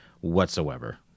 whatsoever